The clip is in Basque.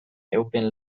euren